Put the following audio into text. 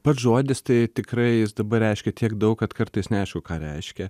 pats žodis tai tikrai jis dabar reiškia tiek daug kad kartais neaišku ką reiškia